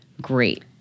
great